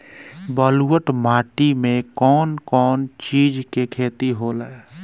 ब्लुअट माटी में कौन कौनचीज के खेती होला?